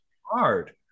hard